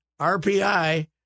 RPI